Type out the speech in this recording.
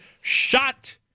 shot